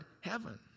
heaven